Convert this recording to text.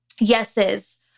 yeses